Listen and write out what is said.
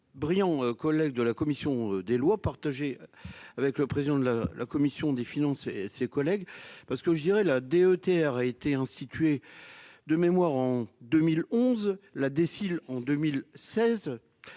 brillants collègues de la commission des lois avec le président de la commission des finances, et ses collègues parce que je dirais, la DETR a été institué de mémoire en 2011 la déciles en 2016